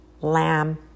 Lamb